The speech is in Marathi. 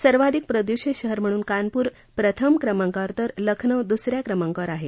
सर्वाधिक प्रदुषित शहर म्हणून कानपूर प्रथम क्रमांकावर तर लखनौ दुस या क्रमांकावर आहे